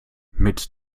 mit